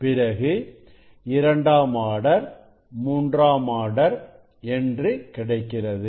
பிறகு இரண்டாம் ஆர்டர் மூன்றாம் ஆர்டர் என்று கிடைக்கிறது